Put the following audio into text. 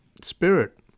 spirit